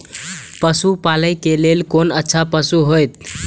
पशु पालै के लेल कोन अच्छा पशु होयत?